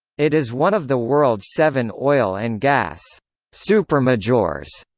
it is one of the world's seven oil and gas supermajors,